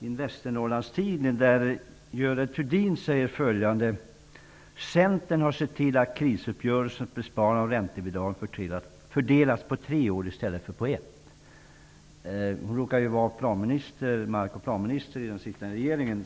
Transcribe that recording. i Västernorrlands Allenhanda, där Görel Thurdin skriver följande: ''Centern har sett till att krisuppgörelsens besparingar av räntebidragen fördelas på tre år i stället för på ett.'' Nu råkar Görel Thurdin vara mark och planminister i den sittande regeringen.